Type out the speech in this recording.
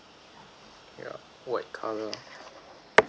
yeah white colour